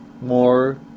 more